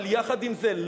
אבל יחד עם זה,